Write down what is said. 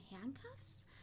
handcuffs